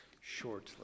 shortly